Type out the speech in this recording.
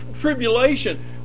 tribulation